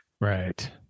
Right